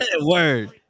Word